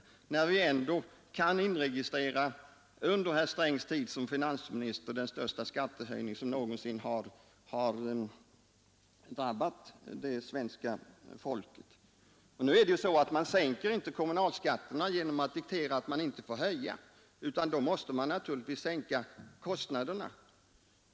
Under herr Strängs tid som finansminister har vi ju ändå kunnat inregistrera den största skattehöjning som någonsin har drabbat svenska folket. Man sänker nämligen inte kommunalskatterna genom att diktera att kommunerna inte får höja dem. Man måste naturligtvis också sänka kostnaderna.